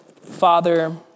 Father